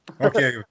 Okay